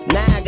Now